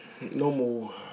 normal